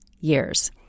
years